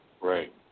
Right